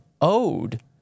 owed